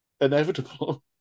inevitable